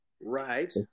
Right